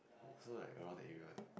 oh also like around that area one